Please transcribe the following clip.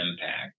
impact